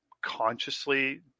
consciously